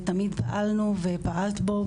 ותמיד פעלנו ופעלת בו,